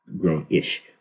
Grown-ish